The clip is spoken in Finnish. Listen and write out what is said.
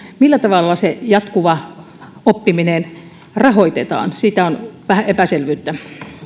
millä tavalla se jatkuva oppiminen rahoitetaan siitä on vähän epäselvyyttä